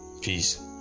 Peace